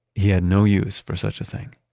he had no use for such a thing